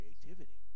creativity